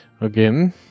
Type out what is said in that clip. Again